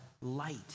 light